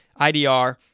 IDR